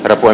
revon